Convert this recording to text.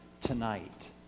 tonight